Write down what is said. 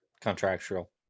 contractual